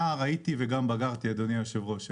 נער הייתי וגם בגרתי, אדוני היושב-ראש,